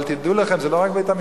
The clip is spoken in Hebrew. אבל תדעו לכם, זה לא רק בית-המשפט.